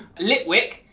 Litwick